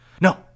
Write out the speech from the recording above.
no